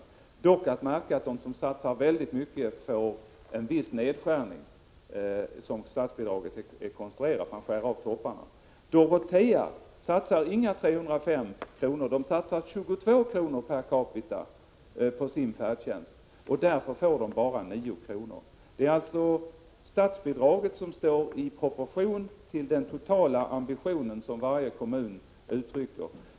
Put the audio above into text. Att märka är dock att de kommuner som satsar väldigt mycket får en viss nedskärning, som statsbidraget är konstruerat — man skär av topparna. Dorotea satsar inga 305 kr. Den kommunen satsar 22 kr. per capita på sin färdtjänst och får därför bara 9 kr. i statsbidrag. Statsbidraget står alltså i proportion till den totala ambition som varje kommun uttrycker.